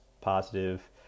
positive